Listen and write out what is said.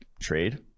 trade